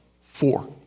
four